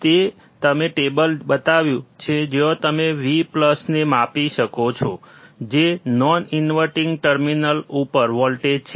મેં તમને ટેબલ બતાવ્યું છે જ્યાં તમે V ને માપી શકો છો જે નોન ઇન્વર્ટીંગ ટર્મિનલ ઉપર વોલ્ટેજ છે